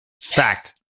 fact